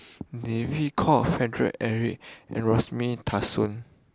David Kwo Alfred Eric and Rosemary